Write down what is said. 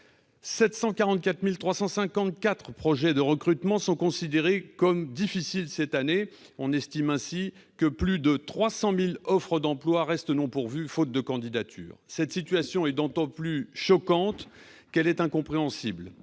744 354 projets de recrutement sont considérés comme difficiles cette année. On estime par ailleurs que plus de 300 000 offres d'emploi restent non pourvues, faute de candidature. Cette situation est d'autant plus choquante qu'elle est incompréhensible.